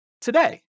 today